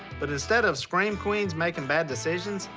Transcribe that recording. but instead of scream queens making bad decisions,